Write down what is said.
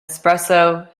espresso